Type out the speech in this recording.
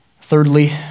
Thirdly